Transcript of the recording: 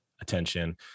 attention